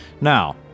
Now